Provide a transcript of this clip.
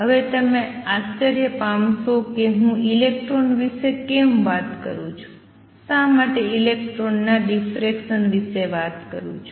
હવે તમે આશ્ચર્ય પામશો જ કે હું ઇલેક્ટ્રોન વિશે કેમ વાત કરું છું શા માટે ઇલેક્ટ્રોનના ડિફ્રેક્શન વિશે વાત કરું છું